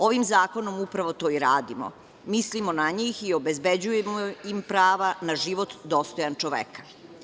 Ovim zakonom upravo to i radimo, mislimo na njih i obezbeđujemo im prava na život dostojan čoveka.